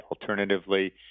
Alternatively